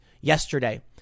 yesterday